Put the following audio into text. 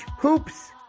Hoops